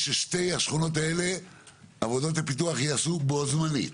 שבשתי השכונות האלה עבודות הפיתוח ייעשו בו-זמנית.